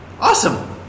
Awesome